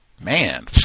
man